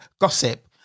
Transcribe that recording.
gossip